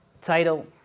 title